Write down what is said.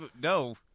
no